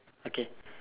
okay